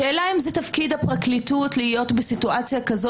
השאלה אם זה תפקיד הפרקליטות להיות במצב כזה,